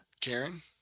Karen